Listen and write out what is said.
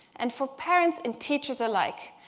and for parents and teachers alike,